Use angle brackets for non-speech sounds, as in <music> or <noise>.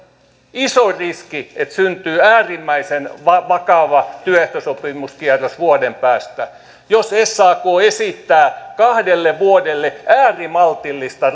iso riski että syntyy äärimmäisen vakava työehtosopimuskierros vuoden päästä jos sak esittää kahdelle vuodelle äärimaltillista <unintelligible>